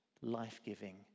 life-giving